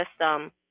system